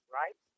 right